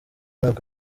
ntabwo